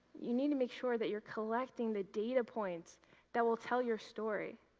you need to make sure that you're collecting the data points that will tell your story.